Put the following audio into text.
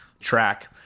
Track